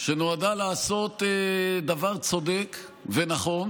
שנועדה לעשות דבר צודק ונכון,